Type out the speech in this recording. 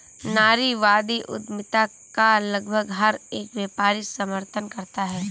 नारीवादी उद्यमिता का लगभग हर एक व्यापारी समर्थन करता है